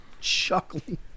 chuckling